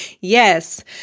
Yes